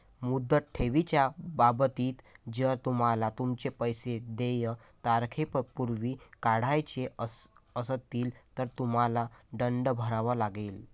मुदत ठेवीच्या बाबतीत, जर तुम्हाला तुमचे पैसे देय तारखेपूर्वी काढायचे असतील, तर तुम्हाला दंड भरावा लागेल